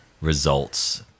results